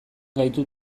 gaitu